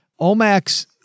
Omax